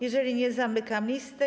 Jeżeli nie, to zamykam listę.